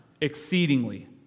exceedingly